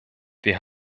wir